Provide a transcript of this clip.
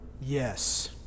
Yes